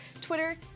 Twitter